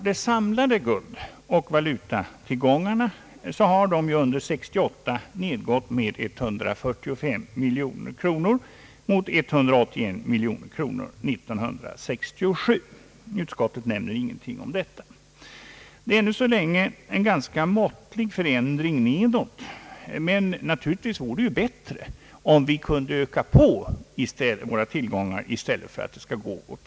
De samlade guldoch valutatillgångarna har under 1968 nedgått med 145 miljoner kronor mot 181 miljoner kronor under 1967. Utskottet nämner ingenting om detta. Det är ännu så länge fråga om en ganska måttlig förändring i nedåtgående riktning, men det vore naturligtvis bättre om utvecklingen gick åt andra hållet.